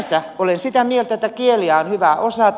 sinänsä olen sitä mieltä että kieliä on hyvä osata